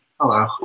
Hello